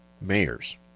mayors